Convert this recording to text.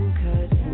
cause